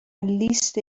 لیست